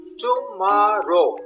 tomorrow